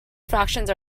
fractions